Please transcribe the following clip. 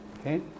Okay